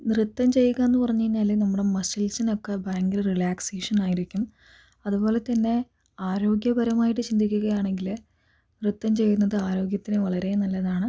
നൃത്തം ചെയ്യുകയെന്നു പറഞ്ഞു കഴിഞ്ഞാൽ നമ്മുടെ മസിൽസിനൊക്കെ ഭയങ്കര റിലാക്സേഷൻ ആയിരിക്കും അതുപോലെത്തന്നെ ആരോഗ്യപരമായിട്ട് ചിന്തക്കുകയാണെങ്കിൽ നൃത്തം ചെയ്യുന്നത് ആരോഗ്യത്തിനു വളരെ നല്ലതാണ്